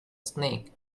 snake